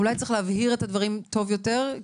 אולי צריך להבהיר את הדברים טוב יותר,